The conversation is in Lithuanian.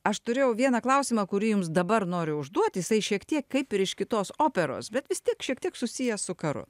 aš turėjau vieną klausimą kurį jums dabar noriu užduoti jisai šiek tiek kaip ir iš kitos operos bet vis tiek šiek tiek susijęs su karu